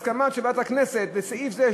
הסכמה של ועדת הכנסת לסעיף זה,